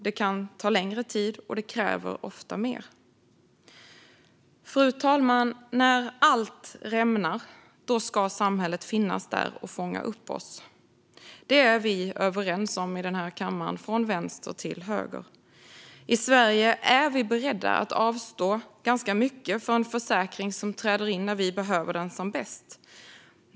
Det kan ta längre tid, och det kräver ofta mer. Fru talman! När allt rämnar ska samhället finnas där och fånga upp oss. Det är vi överens om i den här kammaren, från vänster till höger. I Sverige är vi beredda att avstå ganska mycket för en försäkring som träder in när vi behöver den som bäst.